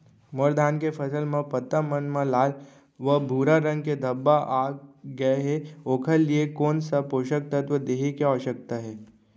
मोर धान के फसल म पत्ता मन म लाल व भूरा रंग के धब्बा आप गए हे ओखर लिए कोन स पोसक तत्व देहे के आवश्यकता हे?